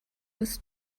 ist